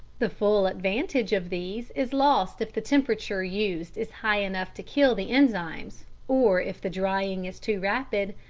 the full advantage of these is lost if the temperature used is high enough to kill the enzymes, or if the drying is too rapid,